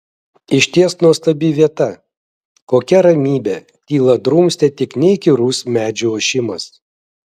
išties nuostabi vieta kokia ramybė tylą drumstė tik neįkyrus medžių ošimas